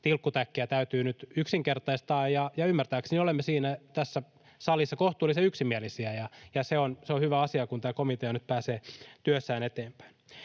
tilkkutäkkiä täytyy nyt yksinkertaistaa, ja ymmärtääkseni olemme siitä tässä salissa kohtuullisen yksimielisiä, ja se on hyvä asia, kun tämä komitea nyt pääsee työssään eteenpäin.